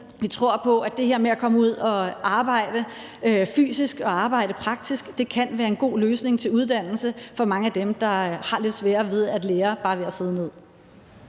Vi tror på, at det her med at komme ud og arbejde fysisk og arbejde praktisk kan være en god løsning i forhold til uddannelse for mange af dem, der har lidt sværere ved at lære bare ved at sidde ned.